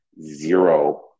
zero